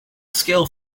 scale